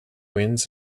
wins